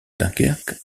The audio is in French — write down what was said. dunkerque